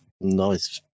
Nice